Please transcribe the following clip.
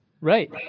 Right